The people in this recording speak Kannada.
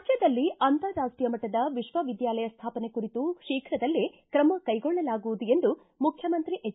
ರಾಜ್ಞದಲ್ಲಿ ಅಂತಾರಾಷ್ನೀಯ ಮಟ್ಟದ ವಿಶ್ವವಿದ್ಯಾಲಯ ಸ್ವಾಪನೆ ಕುರಿತು ಶೀಘದಲ್ಲೇ ಕ್ರಮ ಕೈಗೊಳ್ಳಲಾಗುವುದು ಎಂದು ಮುಖ್ಯಮಂತ್ರಿ ಎಚ್